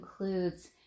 includes